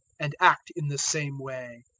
and act in the same way.